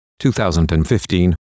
2015